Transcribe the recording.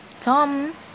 Tom